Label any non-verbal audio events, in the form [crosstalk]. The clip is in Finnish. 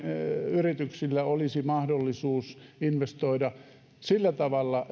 yrityksillä olisi mahdollisuus investoida sillä tavalla [unintelligible]